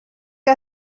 que